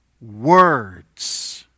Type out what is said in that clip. words